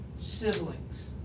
Siblings